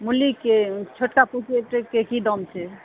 मुलीके छोटका पॉकेटके की दाम छै